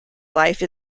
life